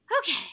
Okay